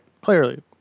clearly